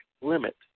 limit